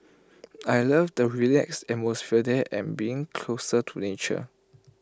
I love the relaxed atmosphere there and being closer to nature